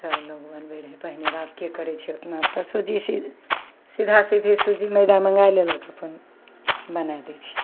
तब लोग बनबय रहय पहिने आबके करय छै ओतना तऽ सुजी सी सीधा सीधी सुजी मैदा मँगा लेलक अपन बना दै छै